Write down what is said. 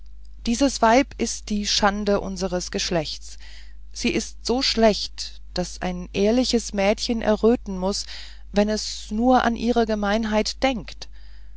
dieses weib ist die schande unseres geschlechts sie ist so schlecht daß ein ehrliches mädchen erröten muß wenn es nur an ihre gemeinheit denkt